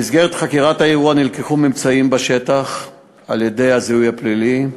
במסגרת חקירת האירוע נלקחו ממצאים בשטח על-ידי הזיהוי הפלילי,